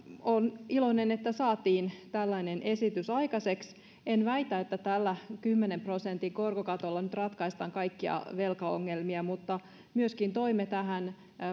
olen iloinen että saatiin tällainen esitys aikaiseksi en väitä että tällä kymmenen prosentin korkokatolla nyt ratkaistaan kaikkia velkaongelmia mutta myöskin toimme tähän